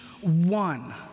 one